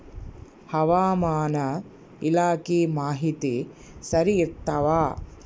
ಹವಾಮಾನ ಇಲಾಖೆ ಮಾಹಿತಿ ಸರಿ ಇರ್ತವ?